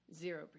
Zero